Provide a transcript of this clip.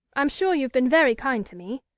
i'm sure you've been very kind to me,